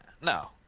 No